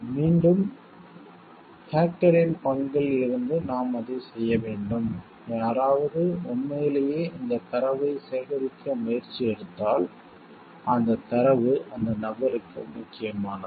மீண்டும் ஹேக்கரின் பங்கில் இருந்து நாம் அதைச் செய்ய வேண்டும் யாராவது உண்மையிலேயே இந்தத் தரவைச் சேகரிக்க முயற்சி எடுத்தால் அந்தத் தரவு அந்த நபருக்கு முக்கியமானது